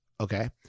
Okay